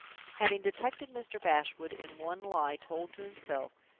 having detected mr. bashwood in one lie told to himself.